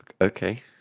Okay